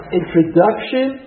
introduction